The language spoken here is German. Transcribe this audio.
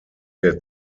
der